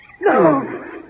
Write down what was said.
No